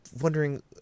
wondering